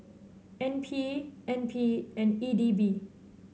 N P N P and E D B